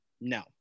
No